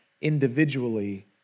individually